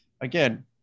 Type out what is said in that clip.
again